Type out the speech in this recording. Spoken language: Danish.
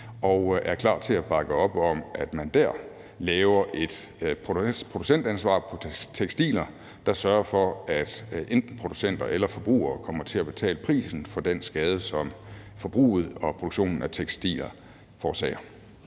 og er klar til at bakke op om, at man der laver et producentansvar på tekstiler, der sørger for, at enten producenter eller forbrugere kommer til at betale prisen for den skade, som forbruget og produktionen af tekstiler forårsager.